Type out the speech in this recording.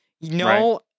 No